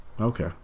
okay